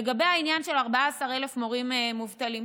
לגבי העניין של 14,000 מורים מובטלים,